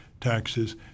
taxes